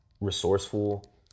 resourceful